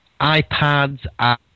iPads